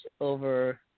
over